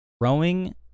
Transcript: Rowing